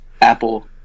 Apple